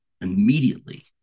immediately